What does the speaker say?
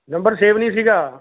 number save ਨਹੀਂ ਸੀਗਾ